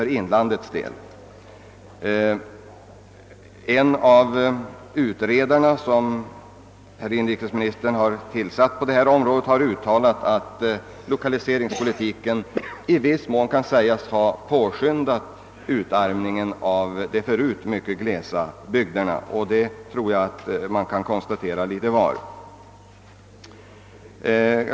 En av de utredare som inrikesministern har tillsatt har sagt att lokaliseringspolitiken i viss mån kan anses ha påskyndat utarmningen av de förut mycket glesa bygderna, och det tror jag att vi litet var kan konstatera.